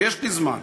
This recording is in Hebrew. יש לי זמן,